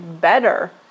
better